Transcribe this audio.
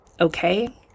Okay